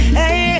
hey